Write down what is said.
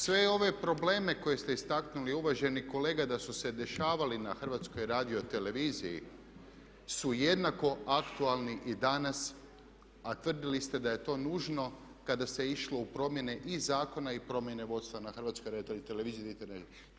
Sve ove probleme koje ste istaknuli uvaženi kolega da su se dešavali na HRT-u su jednako aktualni i danas, a tvrdili ste da je to nužno kada se išlo u promjene i zakona i promjene vodstva na HRT-u.